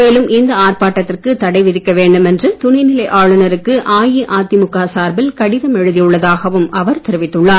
மேலும் இந்த ஆர்ப்பாட்டத்திற்கு தடை விதிக்க வேண்டும் என்று துணைநிலை ஆளுனருக்கு அஇஅதிமுக சார்பில் கடிதம் எழுதி உள்ளதாகவும் அவர் தெரிவித்துள்ளார்